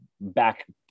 back